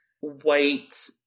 white